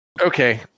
Okay